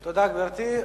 תודה, גברתי.